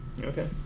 Okay